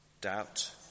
Doubt